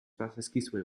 bazaizkizue